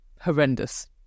horrendous